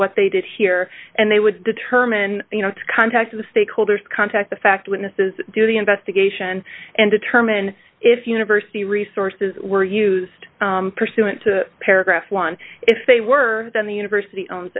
what they did here and they would determine you know to contact the stakeholders contact the fact witnesses do the investigation and determine if university resources were used pursuant to paragraph one if they were then the university owns